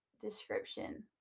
description